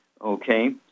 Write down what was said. okay